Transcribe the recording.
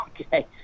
Okay